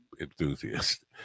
enthusiast